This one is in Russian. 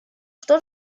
что